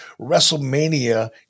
WrestleMania